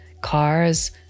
cars